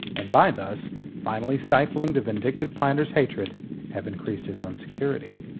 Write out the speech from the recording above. and by thus finally stifling the vindictive planter's hatred have increased his own security.